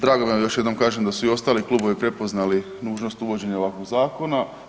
Drago mi je al još jednom kažem da su i ostali klubovi prepoznali nužnost uvođenja ovakvog zakona.